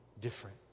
different